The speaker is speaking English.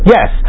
Yes